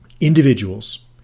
individuals